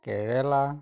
কেৰেলা